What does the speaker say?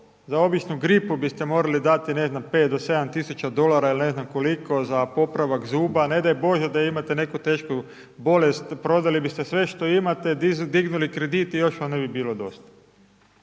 za običnu gripu biste morali dati ne znam 5-7 tisuća dolara ili ne znam koliko za popravak zuba. Ne daj Bože da imate neku tešku bolest, prodali biste sve što imate, dignuli krediti još onda bi bilo dosta.